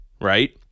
right